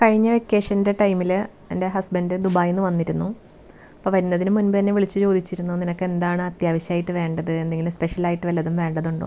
കഴിഞ്ഞ വെക്കേഷൻ്റെ ടൈമിൽ എൻ്റെ ഹസ്ബൻഡ് ദുബായിൽ നിന്ന് വന്നിരുന്നു അപ്പം വരുന്നതിന് മുൻപ് തന്നെ എന്നെ വിളിച്ചു ചോദിച്ചിരുന്നു നിനക്ക് എന്താണ് അത്യാവിശ്യമായിട്ട് വേണ്ടത് എന്തെങ്കിലും സ്പെഷ്യലായിട്ട് വല്ലതും വേണ്ടതുണ്ടോ എന്ന്